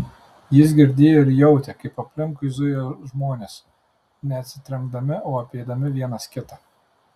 jis girdėjo ir jautė kaip aplinkui zuja žmonės ne atsitrenkdami o apeidami vienas kitą